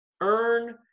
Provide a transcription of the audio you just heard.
Earn